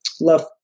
love